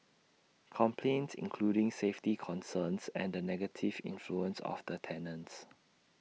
complaints including safety concerns and the negative influence of the tenants